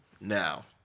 now